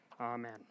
Amen